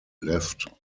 left